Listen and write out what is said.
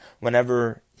whenever